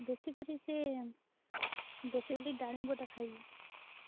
ବେଶୀ କରି ସେ ବେଶୀ କରି ଡାଳିମ୍ବଟା ଖାଇବୁ